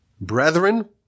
brethren